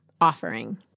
offering